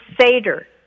Seder